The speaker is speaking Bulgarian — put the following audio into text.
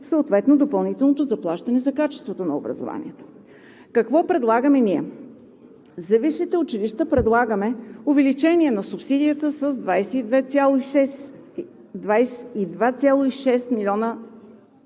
съответно допълнителното заплащане за качеството на образование. Какво предлагаме ние? За висшите училища предлагаме увеличение на субсидията с 22,6 млн.